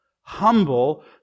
humble